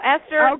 Esther